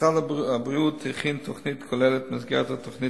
משרד הבריאות הכין תוכנית כוללת במסגרת התוכנית